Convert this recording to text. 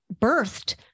birthed